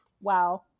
wow